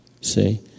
see